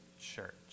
church